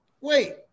Wait